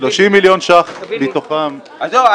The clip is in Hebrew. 30 מיליון שקלים חדשים מתוכם --- עזוב,